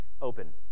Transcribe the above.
open